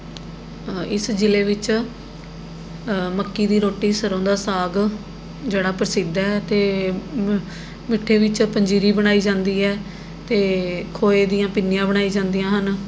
ਇਸ ਜ਼ਿਲ੍ਹੇੇ ਵਿੱਚ ਮੱਕੀ ਦੀ ਰੋਟੀ ਸਰ੍ਹੋਂ ਦਾ ਸਾਗ ਜਿਹੜਾ ਪ੍ਰਸਿੱਧ ਹੈ ਅਤੇ ਮ ਮਿੱਠੇ ਵਿੱਚ ਪੰਜੀਰੀ ਬਣਾਈ ਜਾਂਦੀ ਹੈ ਅਤੇ ਖੋਏ ਦੀਆਂ ਪਿੰਨੀਆਂ ਬਣਾਈ ਜਾਂਦੀਆਂ ਹਨ